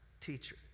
teacher